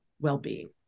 well-being